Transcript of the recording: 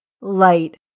light